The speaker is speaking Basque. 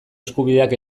eskubideak